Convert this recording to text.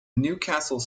newcastle